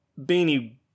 beanie